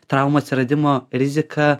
traumų atsiradimo riziką